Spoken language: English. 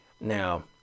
Now